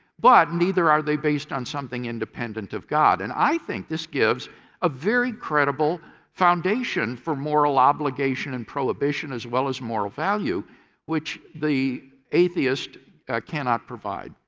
but neither are they based on something independent of god and i think this gives a very credible foundation for moral obligation and prohibition as well as moral value which the atheist cannot provide.